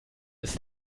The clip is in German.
ist